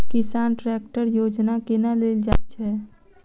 किसान ट्रैकटर योजना केना लेल जाय छै?